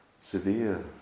severe